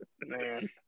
man